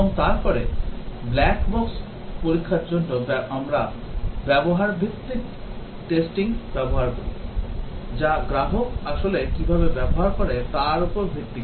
এবং তারপরে black box পরীক্ষার জন্য আমরা ব্যবহার ভিত্তিক testing ব্যবহার করি যা গ্রাহক আসলে কীভাবে ব্যবহার করে তার উপর ভিত্তি করে